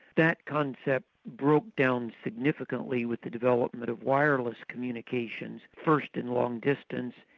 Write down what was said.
that concept broke down significantly with the development of wireless communications, first in long distance,